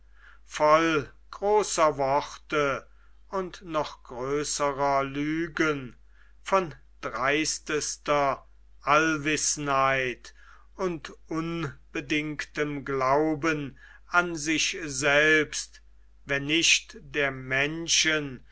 voll großer worte und noch größerer lügen von dreistester allwissenheit und unbedingtem glauben an sich selbst wenn nicht der menschen